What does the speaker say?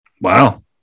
Wow